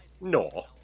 No